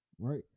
right